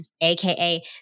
aka